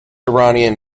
iranian